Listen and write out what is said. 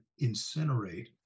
incinerate